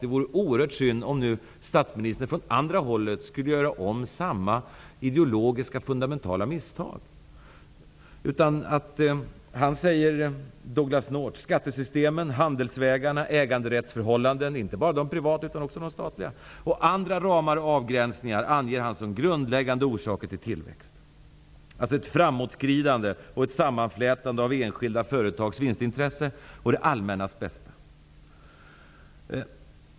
Det vore oerhört synd om statsministern skulle göra om samma fundamentala ideologiska misstag från andra hållet. Douglass North anger att skattesystemen, handelsvägarna, äganderättsförhållandena -- inte bara privat, utan också statligt -- och andra ramar och avgränsningar är grundläggande orsaker till tillväxt. Han förespråkar ett framåtskridande genom ett sammanflätande av enskilda företags vinstintressen och det allmännas bästa.